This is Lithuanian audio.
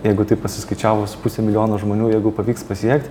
jeigu taip pasiskaičiavus pusė milijono žmonių jeigu pavyks pasiekti